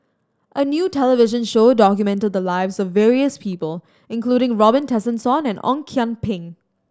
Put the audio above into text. a new television show documented the lives of various people including Robin Tessensohn and Ong Kian Peng